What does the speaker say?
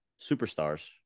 superstars